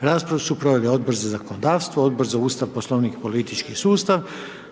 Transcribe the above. Raspravu su proveli Odbor za zakonodavstvo, Odbor za Ustav, Poslovnik i politički sustav